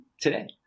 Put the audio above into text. today